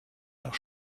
nach